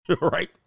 Right